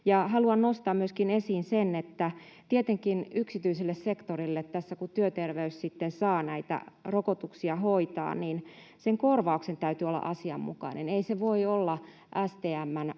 Haluan nostaa esiin myöskin sen, että tietenkin yksityiselle sektorille, kun työterveys sitten saa näitä rokotuksia hoitaa, korvauksen täytyy olla asianmukainen. Ei se voi olla vain